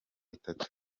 bitatu